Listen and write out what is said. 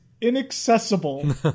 inaccessible